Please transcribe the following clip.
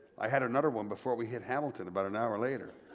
i had another one before we hit hamilton about an hour later.